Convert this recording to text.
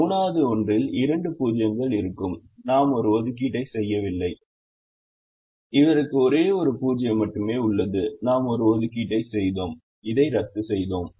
3 வது ஒன்றில் இரண்டு 0 கள் இருக்கும் நாம் ஒரு ஒதுக்கீட்டை செய்யவில்லை இவருக்கு ஒரே ஒரு 0 மட்டுமே உள்ளது நாம் ஒரு ஒதுக்கீட்டை செய்தோம் இதை ரத்து செய்தோம்